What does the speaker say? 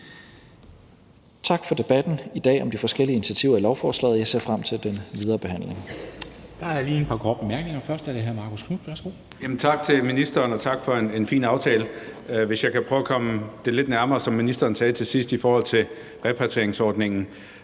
Tak for debatten i dag om de forskellige initiativer i lovforslaget. Jeg ser frem til den videre behandling.